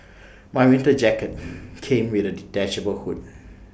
my winter jacket came with A detachable hood